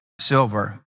silver